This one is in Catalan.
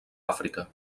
àfrica